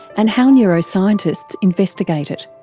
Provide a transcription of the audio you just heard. and how neuroscientists investigate it.